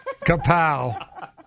Kapow